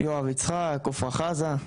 יואב יצחק, עופרה חזה.